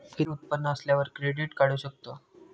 किती उत्पन्न असल्यावर क्रेडीट काढू शकतव?